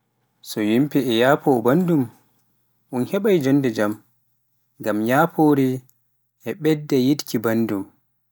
so yemɓe e yafo bandum, un heɓai jonnde jaam, ngam yafore e ɓedda yidki banndum.